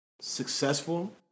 successful